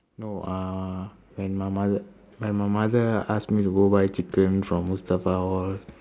no uh when my mother when my mother ask me to go buy chicken from mustafa all